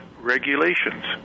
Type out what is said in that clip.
regulations